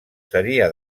seria